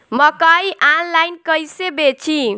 मकई आनलाइन कइसे बेची?